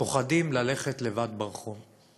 פוחדים ללכת לבד ברחוב.